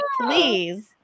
please